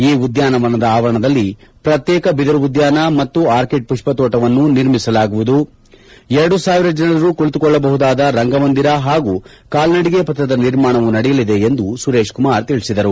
ಈ ಉದ್ಯಾನದ ಅವರಣದಲ್ಲಿ ಪ್ರತ್ಯೇಕ ಬಿದಿರು ಉದ್ಯಾನ ಮತ್ತು ಆರ್ಕಿಡ್ ಪುಷ್ಪ ತೋಟವನ್ನು ನಿರ್ಮಿಸಲಾಗುವುದು ಎರಡು ಸಾವಿರ ಜನರು ಕುಳಿತುಕೊಳ್ಳಬಹುದಾದ ರಂಗಮಂದಿರ ಹಾಗೂ ಕಾಲ್ನಡಿಗೆ ಪಥದ ನಿರ್ಮಾಣವೂ ನಡೆಯಲಿದೆ ಎಂದು ಸುರೇಶ್ ಕುಮಾರ್ ತಿಳಿಸಿದರು